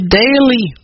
daily